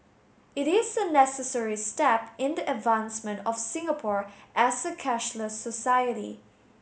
it is a necessary step in the advancement of Singapore as a cashless society